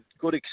good